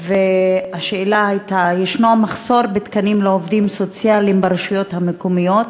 יש מחסור בתקנים לעובדים סוציאליים ברשויות המקומיות,